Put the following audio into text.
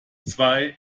zwei